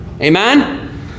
Amen